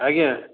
ଆଜ୍ଞା